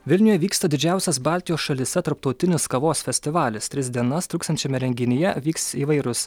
vilniuje vyksta didžiausias baltijos šalyse tarptautinis kavos festivalis tris dienas truksiančiame renginyje vyks įvairūs